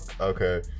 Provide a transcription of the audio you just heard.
Okay